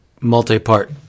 multi-part